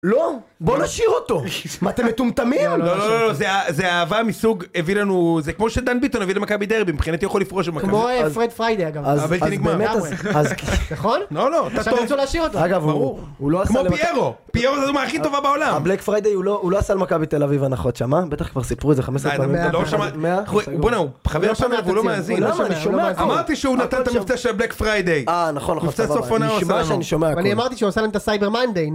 לא, בוא נשאיר אותו, אתם מטומטמים? לא לא לא, זה זה אהבה מסוג, הביא לנו, זה כמו שדן ביטון הביא למכבי דרבים מבחינתי הוא יכול לפרוש ממכבי כמו פרד פריידי אגב הבלתי נגמר. נכון? לא לא, אתה רוצה להשאיר אותו, ברור הוא כמו פיירו, פיירו זה הדוגמה הכי טובה בעולם. ה black friday הוא לא הוא לא עשה למכבי תל אביב הנחות שם אה? בטח כבר סיפרו את זה 15 פעמים.. באנה הוא, חבל שהוא לא מאזין, אמרתי שהוא נתן את המבצע של ה black friday אה נכון מבצע סוף עונה הוא עשה לנו ואני אמרתי שהוא עשה להם את ה ciber monday